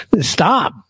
Stop